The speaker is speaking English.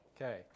Okay